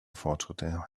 fortschritte